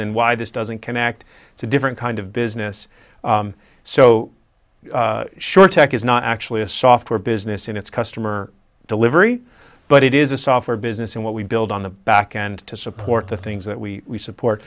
and why this does and connect to different kind of business so short tech is not actually a software business in its customer delivery but it is a software business and what we build on the back end to support the things that we support